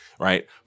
right